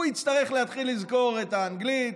יצטרך להתחיל לזכור את האנגלית,